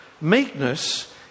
Meekness